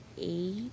eight